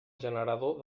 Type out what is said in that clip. generador